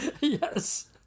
yes